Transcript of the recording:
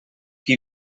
qui